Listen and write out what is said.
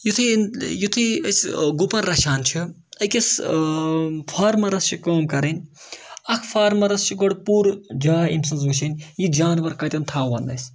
یُتھُے یُتھُے أسۍ گُپَن رَچھان چھِ أکِس فارمَرَس چھِ کٲم کَرٕنۍ اَکھ فارمَرَس چھِ گۄڈٕ پوٗرٕ جاے أمۍ سٕنٛز وٕچھِنۍ یہِ جاناوار کَتٮ۪ن تھاوون أسۍ